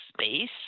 space